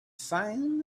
found